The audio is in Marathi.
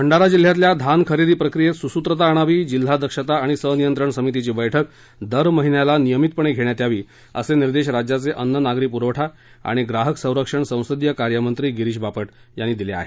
भंडारा जिल्ह्यातल्या धान खरेदी प्रक्रियेत सुसुत्रता आणावी जिल्हा दक्षता आणि सनियंत्रण समितीची बैठक दर महिन्याला नियमितपणे घेण्यात यावी असे निर्देश राज्याचे अन्न नागरी पूरवठा आणि ग्राहक संरक्षण संसदीय कार्यमंत्री गिरीश बापट यांनी दिले आहेत